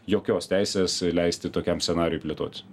jokios teisės leisti tokiam scenarijui plėtotis